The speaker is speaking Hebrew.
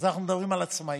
אז אנחנו מדברים על עצמאיות,